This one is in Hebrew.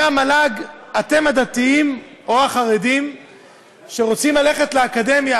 אומרת המל"ג: אתם הדתיים או החרדים שרוצים ללכת לאקדמיה,